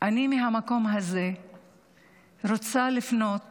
מהמקום הזה אני רוצה לפנות